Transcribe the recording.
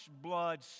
blood